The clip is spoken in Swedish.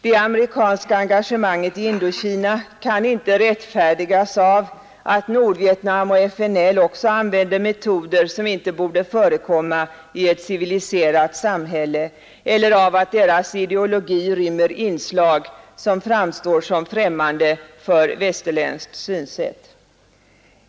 Det amerikanska engagemanget i Indokina kan inte rättfärdigas av att Nordvietnam och FNL också använder metoder som inte borde förekomma i ett civiliserat samhälle eller av att deras ideologi rymmer inslag som framstår som främmande för västerländskt synsätt.